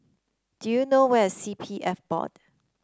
do you know where is C P F Board